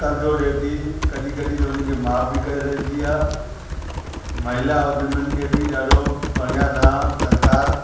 कर्जो ॾिए थी कॾहिं कॾहिं त उन खे माफ़ बि करे रखंदी आहे महिला उद्दोगनि खे बि ॾाढो बढ़िया सां सरकारि